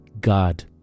god